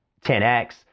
10x